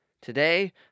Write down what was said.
Today